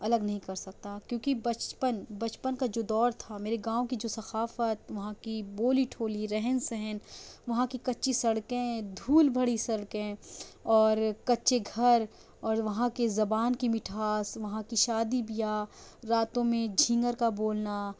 الگ نہیں کر سکتا کیوں کہ بچپن بچپن کا جو دور تھا میرے گاؤں کی جو ثقافت وہاں کی بولی ٹھولی رہن سہن وہاں کی کچی سڑکیں دھول بھڑی سڑکیں اور کچے گھر اور وہاں کی زبان کی مٹھاس وہاں کی شادی بیاہ راتوں میں جھینگر کا بولنا